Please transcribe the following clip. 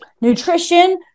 nutrition